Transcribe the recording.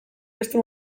beste